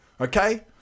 Okay